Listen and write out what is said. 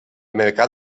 mercat